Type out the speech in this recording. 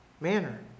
manner